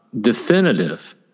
definitive